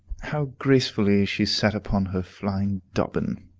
how gracefully she sat upon her flying dobbin!